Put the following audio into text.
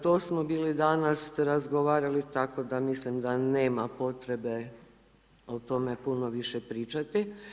To smo bili danas razgovarali tako da mislim da nema potrebe o tome puno više pričati.